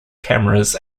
cameras